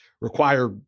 require